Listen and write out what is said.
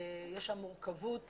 יש שם מורכבות